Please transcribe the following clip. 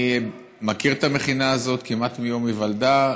אני מכיר את המכינה הזאת כמעט מיום היוולדה.